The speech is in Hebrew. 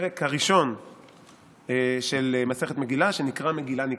הראשון של מסכת מגילה, שנקרא מגילה נקראת.